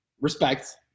Respect